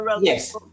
Yes